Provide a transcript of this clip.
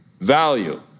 value